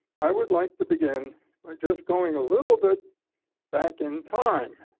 i would like to begin by just going a little bit back in time.